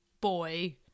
boy